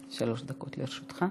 שלוש דקות לרשותך.